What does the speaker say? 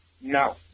No